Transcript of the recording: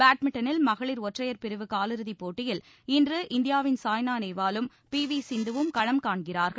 பேட்மிண்டனில் மகளிர் ஒற்றையர் பிரிவு காலிறுதிப் போட்டியில் இன்று இந்தியாவின் சாய்னா நேவாலும் பி வி சிந்துவும் களம் காண்கிறார்கள்